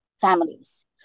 families